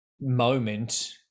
moment